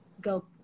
go